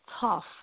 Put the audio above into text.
tough